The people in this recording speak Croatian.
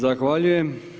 Zahvaljujem.